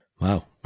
Wow